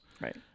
Right